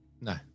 No